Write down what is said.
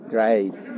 Great